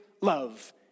love